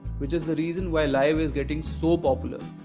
which is the reason why live is getting so popular.